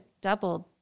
doubled